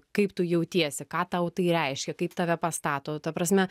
kaip tu jautiesi ką tau tai reiškia kaip tave pastato ta prasme